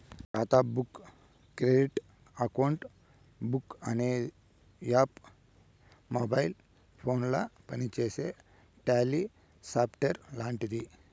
ఖాతా book credit account book అనే app mobile ఫోనుల పనిచేసే టాలీ సాఫ్ట్వేర్ లాంటిది